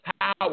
power